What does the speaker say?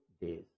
days